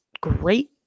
great